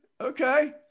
Okay